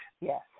Yes